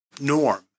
Norm